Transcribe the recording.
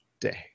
day